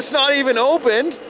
not even opened!